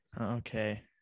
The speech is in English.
Okay